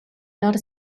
not